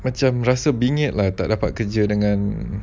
macam rasa bingit lah tak dapat kerja dengan